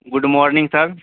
good morning sir